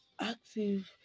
active